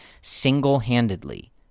single-handedly